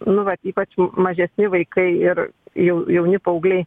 nu vat ypač mažesni vaikai ir jau jauni paaugliai